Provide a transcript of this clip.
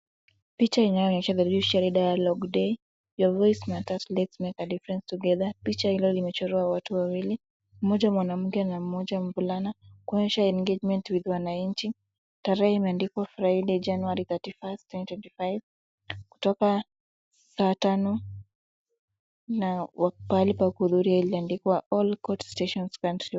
Picha inayoonyesha The Judiciary Dialogue Day, Your Voice Matters, Let's Make A Difference Together . Picha hilo limechorwa watu wawili, mmoja mwanamke na mmoja mvulana kuonyesha engagement with wananchi. Tarehe imeandikwa Friday, January 31st, 2025 kutoka saa tano na pahali pa kuhudhuria imeandikwa all court stations countrywide .